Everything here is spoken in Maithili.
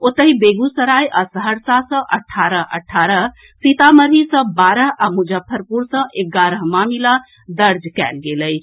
ओतहि बेगूसराय आ सहरसा सँ अठारह अठारह सीतामढ़ी सँ बारह आ मुजफ्फरपुर सँ एगारह मामिला दर्ज कयल गेल अछि